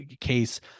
case